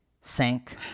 Sank